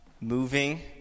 moving